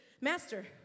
master